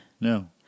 No